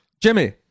jimmy